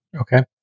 Okay